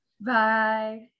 Bye